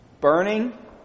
Burning